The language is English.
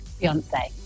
Beyonce